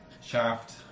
shaft